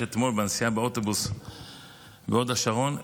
אתמול בנסיעה באוטובוס בהוד השרון,